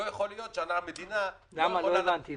לא הבנתי.